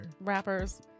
rappers